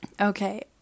Okay